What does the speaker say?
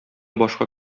башка